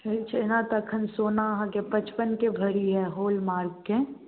ठीक छै इहाँ तऽ अखन सोना आहाँके पचपनके भरि अछि होलमार्कके